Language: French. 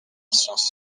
sciences